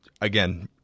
again